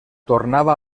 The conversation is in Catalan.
tornava